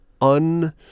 un-